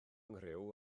nghriw